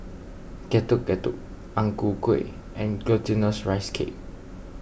Getuk Getuk Ang Ku Kueh and Glutinous Rice Cake